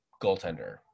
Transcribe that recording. goaltender